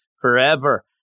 forever